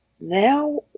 Now